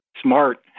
smart